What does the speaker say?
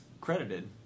credited